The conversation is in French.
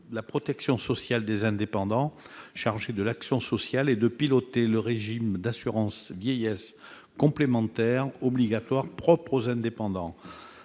la protection sociale des indépendants, chargé de l'action sociale et de piloter le régime d'assurance vieillesse complémentaire obligatoire propre aux indépendants.